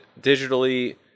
digitally